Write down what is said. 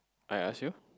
I ask you